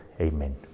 Amen